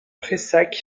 prayssac